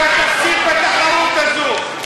אתה תפסיד בתחרות הזאת.